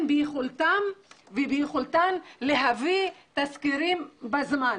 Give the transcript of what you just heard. ביכולתם ויכולתן להביא תזכירים בזמן.